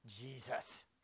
Jesus